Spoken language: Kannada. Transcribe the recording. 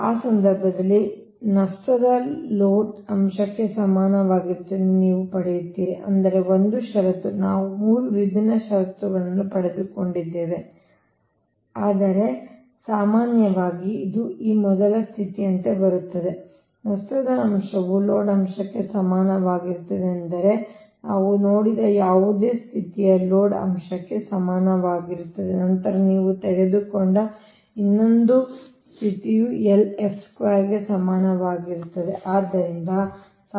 ಆ ಸಂದರ್ಭದಲ್ಲಿ ನಷ್ಟದ ಅಂಶವು ಲೋಡ್ ಅಂಶಕ್ಕೆ ಸಮನಾಗಿರುತ್ತದೆ ಎಂದು ನೀವು ಪಡೆಯುತ್ತೀರಿ ಅಂದರೆ ಒಂದು ಷರತ್ತು ನಾವು 3 ವಿಭಿನ್ನ ಷರತ್ತುಗಳನ್ನು ಪಡೆದುಕೊಂಡಿದ್ದೇವೆ ಆದರೆ ಸಾಮಾನ್ಯವಾಗಿ ಇದು ಈ ಮೊದಲ ಸ್ಥಿತಿಯಂತೆ ಬರುತ್ತಿದೆ ನಷ್ಟದ ಅಂಶವು ಲೋಡ್ ಅಂಶಕ್ಕೆ ಸಮಾನವಾಗಿರುತ್ತದೆ ಎಂದು ನಾವು ನೋಡಿದ ಯಾವುದೇ ಸ್ಥಿತಿಯು ಲೋಡ್ ಅಂಶಕ್ಕೆ ಸಮನಾಗಿರುತ್ತದೆ ನಂತರ ನೀವು ತೆಗೆದುಕೊಂಡ ಇನ್ನೊಂದು ಸ್ಥಿತಿಯು ಸಮಾನವಾಗಿರುತ್ತದೆ